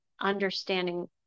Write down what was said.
understanding